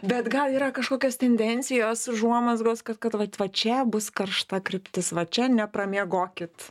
bet gal yra kažkokios tendencijos užuomazgos kad kad vat va čia bus karšta kryptis va čia nepramiegokit